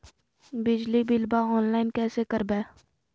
बिजली बिलाबा ऑनलाइन कैसे करबै?